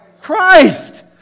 Christ